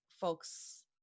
folks